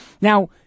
now